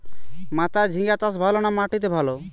মাচায় ঝিঙ্গা চাষ ভালো না মাটিতে ভালো?